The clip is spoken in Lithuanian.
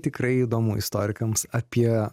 tikrai įdomu istorikams apie